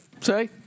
Say